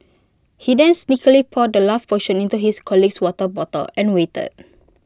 he then sneakily poured the love potion into his colleague's water bottle and waited